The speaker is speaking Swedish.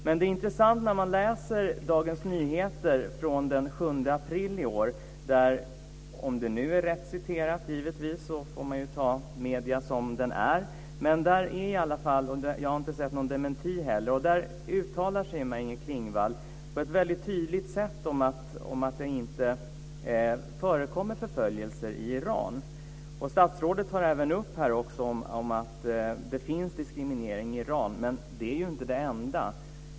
Men det är intressant att i Dagens Nyheter den 7 april i år läsa - om det nu är rätt citerat, men jag har inte sett någon dementi - om hur Maj-Inger Klingvall på ett väldigt tydligt sätt uttalar sig om att det inte förekommer förföljelser i Iran. Statsrådet tar där även upp att det finns diskriminering i Iran. Men det är ju inte det enda.